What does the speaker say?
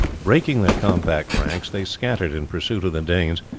breaking their compact ranks they scattered in pursuit of the danes,